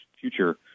future